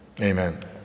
Amen